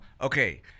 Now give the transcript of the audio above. okay